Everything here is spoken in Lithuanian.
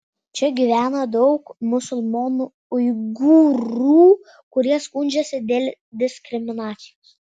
čia gyvena daug musulmonų uigūrų kurie skundžiasi dėl diskriminacijos